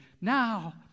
Now